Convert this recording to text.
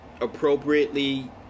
appropriately